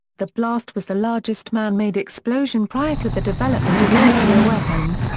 the blast was the largest man-made explosion prior to the development of nuclear weapons,